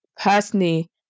personally